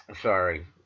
sorry